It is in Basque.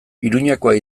iruñekoa